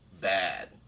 Bad